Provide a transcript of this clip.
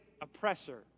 oppressor